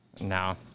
No